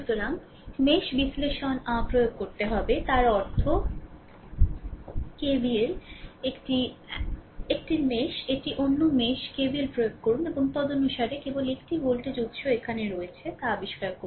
সুতরাং rমেশ বিশ্লেষণ প্রয়োগ করতে হবে তার অর্থ KVL এটি 1 মেশ এটি অন্য মেশ KVL প্রয়োগ করুন এবং তদনুসারে কেবলমাত্র 1 টি ভোল্টেজ উত্স এখানে রয়েছে তা আবিষ্কার করুন